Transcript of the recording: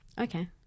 Okay